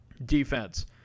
defense